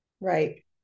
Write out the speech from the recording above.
Right